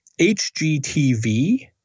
HGTV